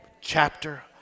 chapter